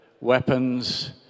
weapons